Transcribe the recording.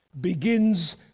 begins